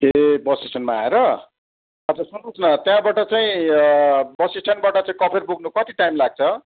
ए bus स्टेन्डमा आएर अच्छा सुन्नुहोस् न त्यहाँबाट चाहिँ बस स्टेन्डबाट चाहिँ कफेर पुग्नु कति टाइम लाग्छ